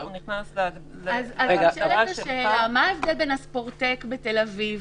הוא נכנס להגדרה של "פארק" --- מה ההבדל בין הספורטק בתל אביב,